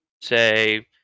say